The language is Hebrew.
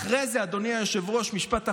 אחרי זה, אדוני היושב-ראש, משפט אחרון,